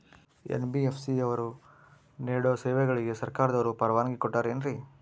NBFC ಅವರು ನೇಡೋ ಸೇವೆಗಳಿಗೆ ಸರ್ಕಾರದವರು ಪರವಾನಗಿ ಕೊಟ್ಟಾರೇನ್ರಿ?